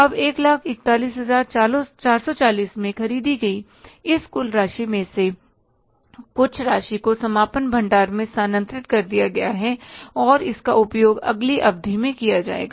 अब 141440 में खरीदी गई इस कुल राशि में से कुछ राशि को समापन भंडार में स्थानांतरित कर दिया गया है और इसका उपयोग अगली अवधि में किया जाएगा